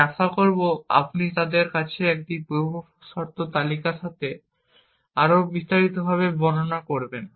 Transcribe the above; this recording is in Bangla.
আমি আশা করব আপনি তাদের কাছে এই পূর্বশর্ত তালিকার সাথে আরও বিস্তারিতভাবে বর্ণনা করবেন